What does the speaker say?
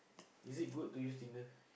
is it good to use Tinder